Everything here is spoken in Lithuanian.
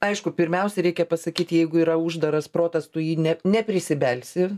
aišku pirmiausia reikia pasakyt jeigu yra uždaras protas tu į jį ne neprisibelsi